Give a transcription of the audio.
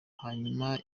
hanyuma